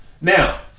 Now